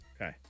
Okay